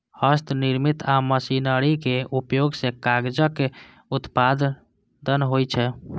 हस्तनिर्मित आ मशीनरीक उपयोग सं कागजक उत्पादन होइ छै